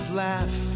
laugh